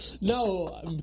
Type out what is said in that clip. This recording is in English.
No